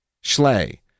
Schley